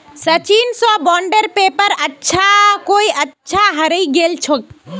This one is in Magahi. सचिन स बॉन्डेर पेपर कोई छा हरई गेल छेक